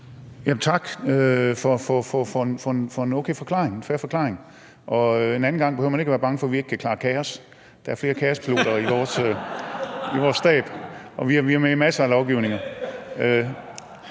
en fair forklaring. Og en anden gang behøver man ikke at være bange for, at vi ikke kan klare kaos. Der er flere kaospiloter i vores stab, og vi er med i masser af lovgivninger.